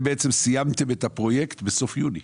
בעצם סיימתם את הפרויקט בסוף יוני?